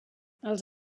els